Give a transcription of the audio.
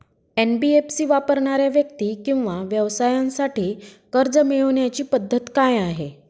NBFC वापरणाऱ्या व्यक्ती किंवा व्यवसायांसाठी कर्ज मिळविण्याची पद्धत काय आहे?